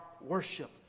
worship